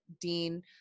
Dean